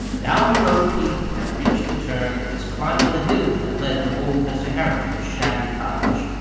down the road keith had reached the turn and was climbing the hill that led to old mr. harrington's shabby cottage.